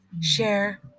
share